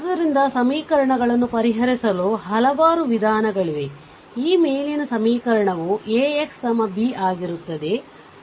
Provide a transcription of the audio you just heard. ಆದ್ದರಿಂದ ಸಮೀಕರಣವನ್ನು ಪರಿಹರಿಸಲು ಹಲವಾರು ವಿಧಾನಗಳಿವೆ ಈ ಮೇಲಿನ ಸಮೀಕರಣವು AXB ಆಗಿರುತ್ತದೆ